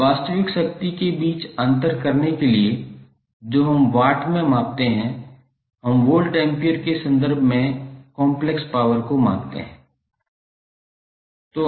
बस वास्तविक शक्ति के बीच अंतर करने के लिए जो हम वाट में मापते हैं हम वोल्ट एम्पीयर के संदर्भ में कॉम्प्लेक्स पावर को मापते हैं